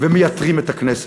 ומייתרים את הכנסת.